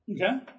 Okay